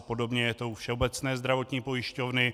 Podobně je to u Všeobecné zdravotní pojišťovny.